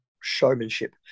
showmanship